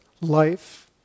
life